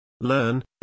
Learn